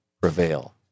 prevail